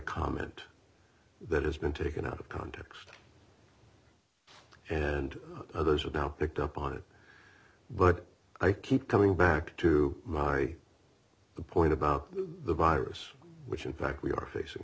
comment that has been taken out of context and others have now picked up on it but i keep coming back to my point about the virus which in fact we are facing